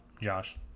Josh